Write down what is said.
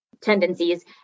tendencies